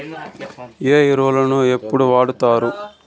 ఏ ఎరువులని ఎప్పుడు వాడుతారు?